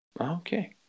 Okay